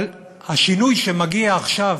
אבל השינוי שמגיע עכשיו,